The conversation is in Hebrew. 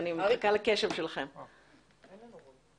חמש דקות